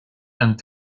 and